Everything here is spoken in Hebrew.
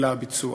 אלא הביצוע.